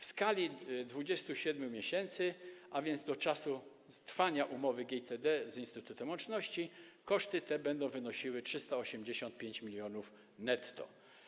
W skali 27 miesięcy, a więc do czasu trwania umowy GITD z Instytutem Łączności, koszty te będą wynosiły 385 mln netto.